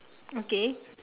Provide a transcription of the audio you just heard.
okay